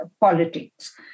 politics